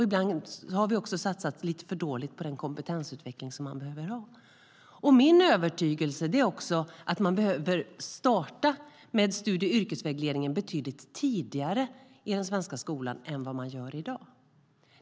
Ibland har vi också satsat lite för dåligt på den kompetensutveckling som de behöver. Jag är övertygad om att vi också behöver starta med studie och yrkesvägledning i skolan betydligt tidigare än vad vi gör i dag.